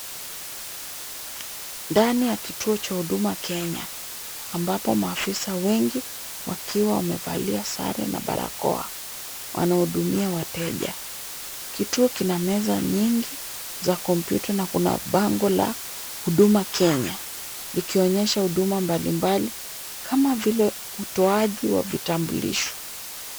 Ndani ya kituo cha huduma kenya ambapo maafisa wengi wakiwa wamevalia sare na barakoa wanahudumia wateja. Kituo kina meza nyingi za kompyuta na kuna bango la huduma kenya likionyesha huduma mbalimbali kama vile utoaji wa vitambulisho.